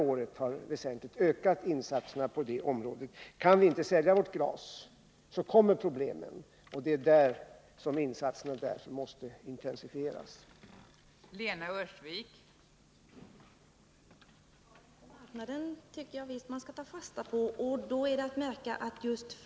Det är därför vi redan under det här året har ökat insatserna väsentligt på detta område, och det är därför vi måste intensifiera dessa insatser.